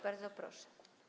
Bardzo proszę.